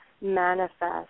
manifest